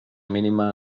mínima